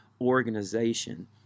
organization